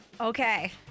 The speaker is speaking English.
Okay